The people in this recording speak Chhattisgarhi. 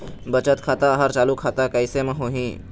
बचत खाता हर चालू खाता कैसे म होही?